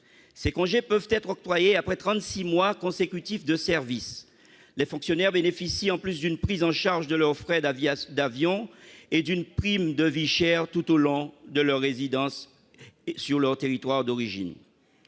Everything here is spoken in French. Ces congés peuvent être octroyés après trente-six mois consécutifs de service. Les fonctionnaires bénéficient en plus d'une prise en charge de leurs frais d'avion et d'une prime de vie chère tout au long de leur résidence sur leur territoire d'origine.